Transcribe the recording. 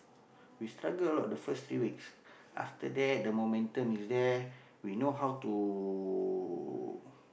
we struggle a lot the first three weeks after that the momentum is there we know how to